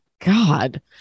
God